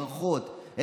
ברכות,